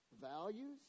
values